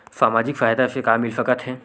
सामाजिक सहायता से का मिल सकत हे?